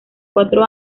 cuatro